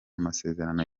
amasezerano